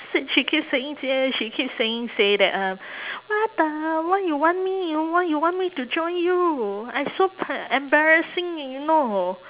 she keep saying jie she keep saying say that uh what the why you want me why you want me to join you I'm so pa~ embarrassing you know